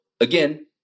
again